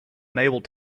unable